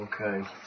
okay